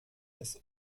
des